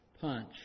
punch